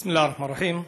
בסם אללה א-רחמאן א-רחים.